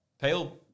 pale